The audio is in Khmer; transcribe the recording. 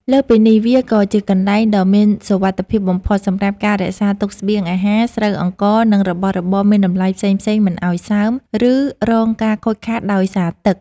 លើសពីនេះ វាក៏ជាកន្លែងដ៏មានសុវត្ថិភាពបំផុតសម្រាប់ការរក្សាទុកស្បៀងអាហារ ស្រូវអង្ករ និងរបស់របរមានតម្លៃផ្សេងៗមិនឱ្យសើម ឬរងការខូចខាតដោយសារទឹក។